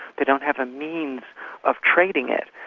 they don't have a means of trading it.